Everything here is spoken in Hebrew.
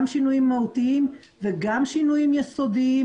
שינויים מהותיים וגם שינויים יסודיים.